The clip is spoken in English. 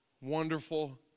wonderful